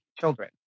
Children